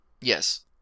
Yes